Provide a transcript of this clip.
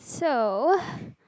so